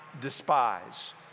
despise